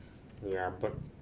ya but